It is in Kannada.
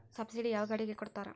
ಸಬ್ಸಿಡಿ ಯಾವ ಗಾಡಿಗೆ ಕೊಡ್ತಾರ?